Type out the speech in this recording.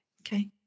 Okay